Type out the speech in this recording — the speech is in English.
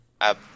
up